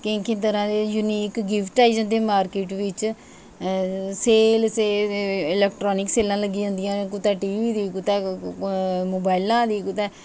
केईं केईं तरह दे यूनीक गिफ्ट आई जंदे न मारकेट बिच सेल सेल ईलैक्ट्रानिक सेलां लगी जंदियां न कुतै टी बी दी कुतै मोबाइलां दी कुतै